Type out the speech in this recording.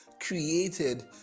created